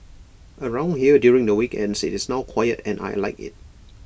around here during the weekends IT is now quiet and I Like IT